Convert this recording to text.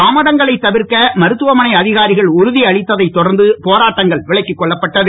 தாமதங்களை தவிர்க்க மருத்துவமனை அதிகாரிகள் உறுதியளித்ததைத் தொடர்ந்து போராட்டம் விலக்கிக் கொள்ளப்பட்டது